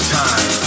time